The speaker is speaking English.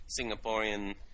Singaporean